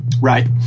Right